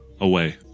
away